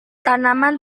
tanaman